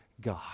God